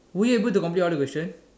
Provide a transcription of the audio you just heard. were you able to complete all the question